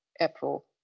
April